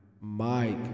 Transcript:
Mike